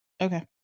okay